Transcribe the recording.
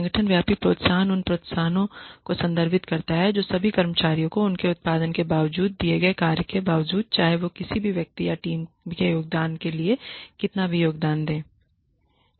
संगठन व्यापी प्रोत्साहन उन प्रोत्साहनों को संदर्भित करता है जो सभी कर्मचारियों को उनके उत्पादन के बावजूद दिए गए कार्य के बावजूद चाहे वे किसी भी व्यक्ति या टीम के योगदान के लिए कितना भी योगदान दें